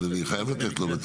אני חייב לתת לו.